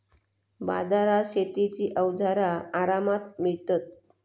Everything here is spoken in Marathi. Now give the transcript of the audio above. बाजारात शेतीची अवजारा आरामात मिळतत